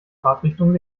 fahrtrichtung